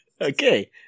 Okay